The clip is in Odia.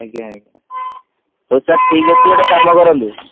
ଆଜ୍ଞା ଆଜ୍ଞା ହଉ ସାର୍ ଠିକ୍ ଅଛି ଗୋଟେ କାମ କରନ୍ତୁ